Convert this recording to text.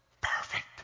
perfect